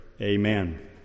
Amen